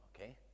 okay